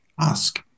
ask